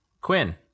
Quinn